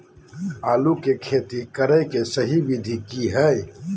आलू के खेती करें के सही विधि की हय?